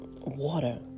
water